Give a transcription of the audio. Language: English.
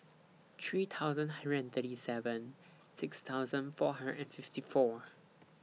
three thousand hundred and thirty seven six thousand four hundred and fifty four